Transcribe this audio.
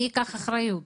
מי ייקח אחריות?